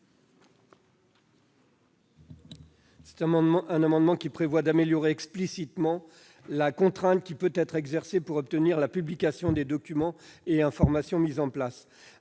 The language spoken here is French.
Cet amendement vise à améliorer explicitement la contrainte qui peut être exercée pour obtenir la publication des documents et informations mis en place.